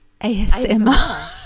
ASMR